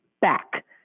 back